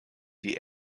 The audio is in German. die